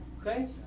Okay